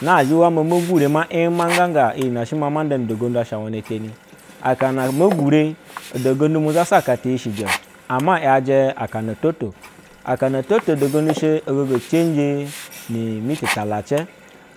Nazhe hea ma me gure ma ɪm angaga iyi me she ma manda ma nḏa na da gondu asha wena teni, akana eme gure nda gonlu mu zasa aka ti shije ama yaje yajɛ akana osto aka na oto mu da gondu she ogogo ecenjɛ ni mi bi talace